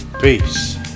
Peace